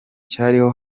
cyariho